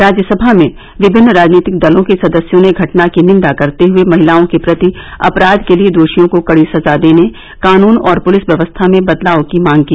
राज्यसभा में विभिन्न राजनीतिक दलों के सदस्यों ने घटना की निन्दा करते हए महिलाओं के प्रति अपराध के लिए दोषियों को कड़ी सजा देने कानून और पुलिस व्यवस्था में बदलाव की मांग की